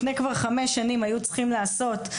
לפני חמש שנים היו צריכים לעשות,